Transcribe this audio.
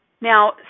Now